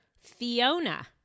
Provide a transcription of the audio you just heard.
Fiona